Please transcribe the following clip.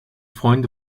freunde